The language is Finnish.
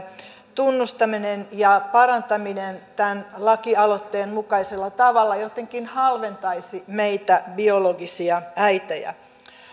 tunnustaminen ja parantaminen tämän lakialoitteen mukaisella tavalla jotenkin halventaisi meitä biologisia äitejä